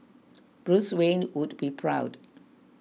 Bruce Wayne would be proud